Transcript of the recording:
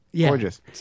gorgeous